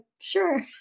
sure